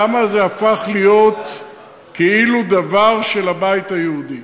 למה זה הפך להיות כאילו של הבית היהודי.